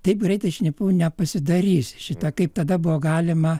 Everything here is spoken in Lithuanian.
taip greitai šnipu nepasidarysi šita kaip tada buvo galima